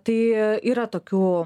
tai yra tokių